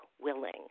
willing